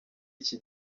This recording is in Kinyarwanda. iki